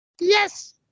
Yes